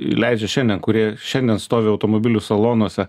leidžia šiandien kurie šiandien stovi automobilių salonuose